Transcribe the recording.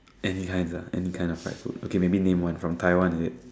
and he has a any kind of fried food okay maybe name one from Taiwan is it